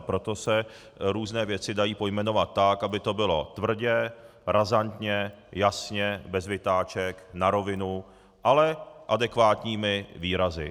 Proto se různé věci dají pojmenovat tak, aby to bylo tvrdě, razantně, jasně, bez vytáček, na rovinu, ale adekvátními výrazy.